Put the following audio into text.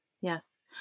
yes